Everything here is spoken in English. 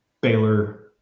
Baylor